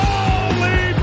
Holy